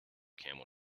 camel